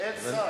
אין שר.